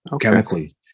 chemically